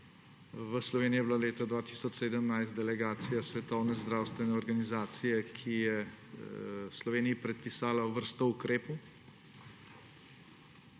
V Sloveniji je bila leta 2017 delegacija Svetovne zdravstvene organizacije, ki je Sloveniji predpisala vrsto ukrepov,